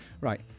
Right